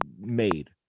made